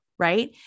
Right